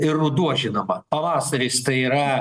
ir ruduo žinoma pavasaris tai yra